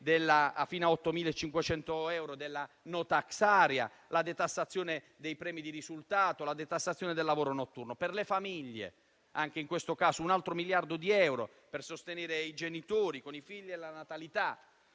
fino a 8.500 euro della *no tax area*, la detassazione dei premi di risultato, la detassazione del lavoro notturno. Per le famiglie, viene destinato un altro miliardo di euro per sostenere i genitori con figli, per favorire